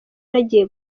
nagiye